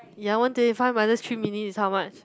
ya one twenty five minus three minutes is how much